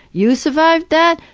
you survived that?